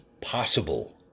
possible